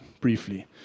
briefly